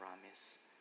promise